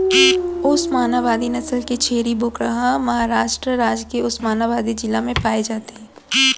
ओस्मानाबादी नसल के छेरी बोकरा ह महारास्ट राज के ओस्मानाबादी जिला म पाए जाथे